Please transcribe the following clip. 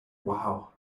wow